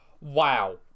wow